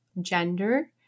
gender